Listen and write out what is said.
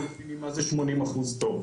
אנחנו לא מבינים מה זה אומר 80 אחוז טוב,